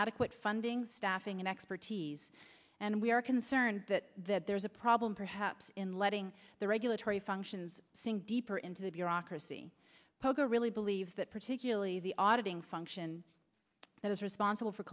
adequate funding staffing and expertise and we are concerned that there is a problem perhaps in letting the regulatory functions sink deeper into the bureaucracy poker really believe that particularly the auditing function that is responsible for